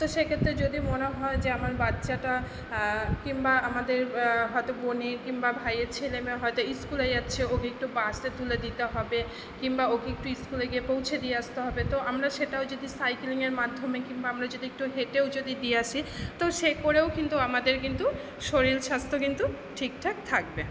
তো সে ক্ষেত্রে যদি মনে হয় যে আমার বাচ্চাটা কিংবা আমাদের হয়তো বোনের কিংবা ভাইয়ের ছেলে মেয়ে হয়তো স্কুলে যাচ্ছে ওকে একটু বাসে তুলে দিতে হবে কিম্বা ওকে একটু স্কুলে গিয়ে পৌঁছে দিয়ে আসতে হবে তো আমরা সেটাও যদি সাইকেলিংয়ের মাধ্যমে কিংবা আমরা যদি একটু হেঁটেও যদি দিয়ে আসি তো সে করেও কিন্তু আমাদের কিন্তু শরীর স্বাস্থ্য কিন্তু ঠিকঠাক থাকবে